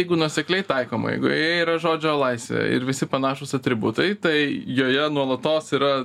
jeigu nuosekliai taikoma jeigu joje yra žodžio laisvė ir visi panašūs atributai tai joje nuolatos yra